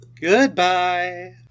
Goodbye